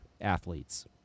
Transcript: athletes